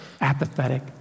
apathetic